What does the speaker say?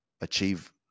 achieve